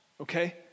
okay